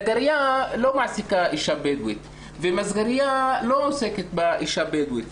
נגרייה ומסגרייה לא מעסיקה נשים בדואיות.